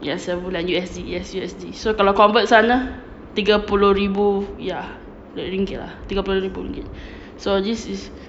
ya sebulan U_S_D yes U_S_D so kalau convert sana tiga puluh ribu ya ringgit lah tiga puluh ribu ringgit so this is